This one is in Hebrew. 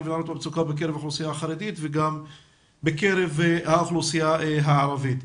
ונערות במצוקה בקרב האוכלוסייה החרדית וגם בקרב האוכלוסייה הערבית.